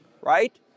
right